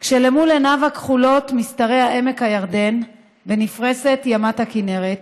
כשלמול עיניו הכחולות משתרע עמק הירדן ונפרשת ימת הכינרת.